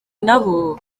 nabo